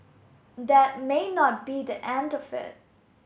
that may not be the end of it